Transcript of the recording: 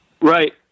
Right